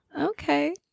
Okay